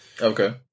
Okay